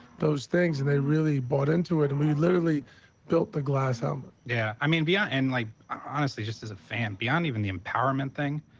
those things. and they really bought into it. and we literally built the glass helmet. yeah. i mean, ah and like honestly just as a fan, beyond even the empowerment thing,